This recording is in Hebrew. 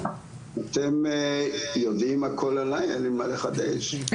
אתם יודעים הכול עליי אין לי מה לחדש,